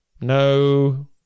No